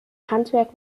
handwerk